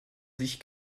sich